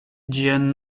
ĝian